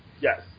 Yes